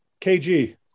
KG